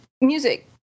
music